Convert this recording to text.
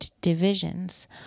divisions